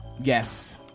Yes